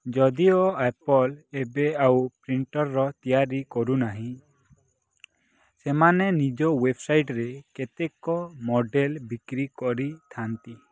ଯଦିଓ ଆପଲ୍ ଏବେ ଆଉ ପ୍ରିଣ୍ଟର୍ ତିଆରି କରୁନାହିଁ ସେମାନେ ନିଜ ୱେବସାଇଟ୍ରେ କେତେକ ମଡ଼େଲ୍ ବିକ୍ରି କରିଥାନ୍ତି